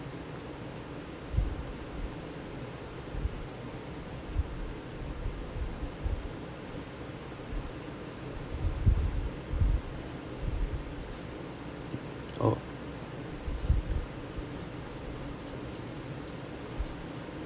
oh